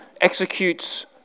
executes